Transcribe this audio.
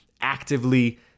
actively